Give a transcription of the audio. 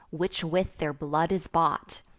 which with their blood is bought!